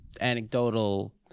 anecdotal